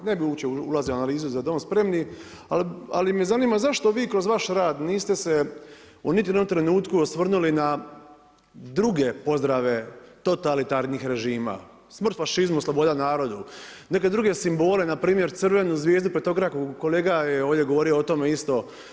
Ne bi uopće ulazio u analizu „Za dom spremni“ ali me zanima zašto vi kroz vaš rad niste se u niti jednom trenutku osvrnuli na druge pozdrave totalitarnih režima, „Smrt fašizmu, sloboda narodu“, nek druge simbole, npr. crvenu zvijezdu petokraku, kolega je o tome govorio ovdje isto.